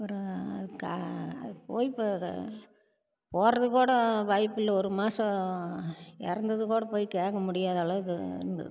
ஒரு க போய் போகிற போகிறதுக்குக் கூட வாய்ப்பு இல்லை ஒரு மாசம் இறந்தது கூட போய் கேட்க முடியாத அளவுக்கு இருந்தது